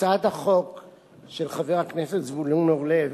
הצעת החוק של חבר הכנסת זבולון אורלב